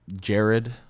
Jared